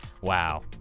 Wow